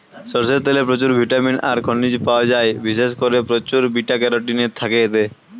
সরষের তেলে প্রচুর ভিটামিন আর খনিজ পায়া যায়, বিশেষ কোরে প্রচুর বিটা ক্যারোটিন থাকে এতে